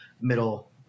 middle